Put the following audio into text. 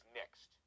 next